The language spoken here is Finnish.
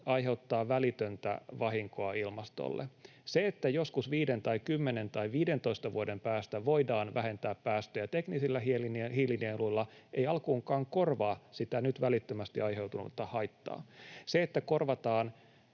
aiheuttaa välitöntä vahinkoa ilmastolle. Se, että joskus 5 tai 10 tai 15 vuoden päästä voidaan vähentää päästöjä teknisillä hiilinieluilla, ei alkuunkaan korvaa sitä nyt välittömästi aiheutunutta haittaa. Se, että korvataan